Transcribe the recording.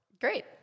Great